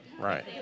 Right